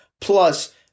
Plus